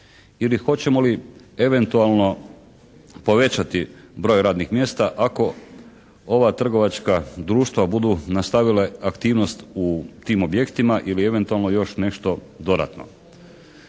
ili hoćemo li eventualno povećati broj radnih mjesta ako ova trgovačka društva budu nastavile aktivnost u tim objektima ili eventualno još nešto dodatno.